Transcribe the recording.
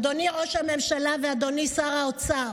אדוני ראש הממשלה ואדוני שר האוצר,